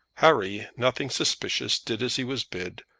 harry, nothing suspicious, did as he was bid,